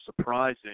surprising